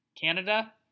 Canada